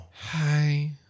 Hi